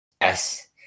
Yes